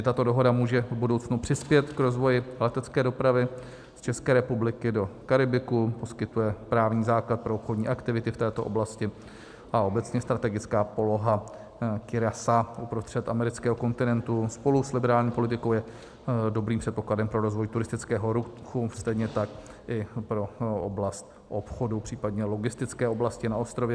Tato dohoda může v budoucnu přispět k rozvoji letecké dopravy České republiky do Karibiku, poskytuje právní základ pro obchodní aktivity v této oblasti a obecně strategická poloha Curaçaa uprostřed amerického kontinentu spolu s liberální politikou je dobrým předpokladem pro rozvoj turistického ruchu, stejně tak i pro oblast obchodu, případně logistické oblasti na ostrově.